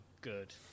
good